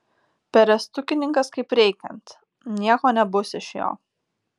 perestukininkas kaip reikiant nieko nebus iš jo